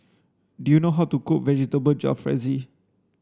do you know how to cook Vegetable Jalfrezi